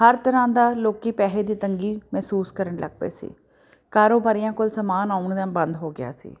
ਹਰ ਤਰ੍ਹਾਂ ਦਾ ਲੋਕ ਪੈਸੇ ਦੀ ਤੰਗੀ ਮਹਿਸੂਸ ਕਰਨ ਲੱਗ ਪਏ ਸੀ ਕਾਰੋਬਾਰੀਆਂ ਕੋਲ ਸਮਾਨ ਆਉਣਾ ਬੰਦ ਹੋ ਗਿਆ ਸੀ